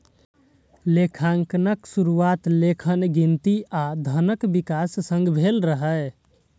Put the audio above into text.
लेखांकनक शुरुआत लेखन, गिनती आ धनक विकास संग भेल रहै